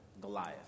Goliath